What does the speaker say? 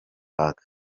park